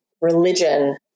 religion